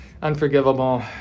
Unforgivable